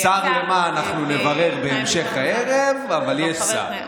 שר למה, אנחנו נברר בהמשך הערב, אבל יש שר.